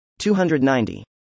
290